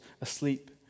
asleep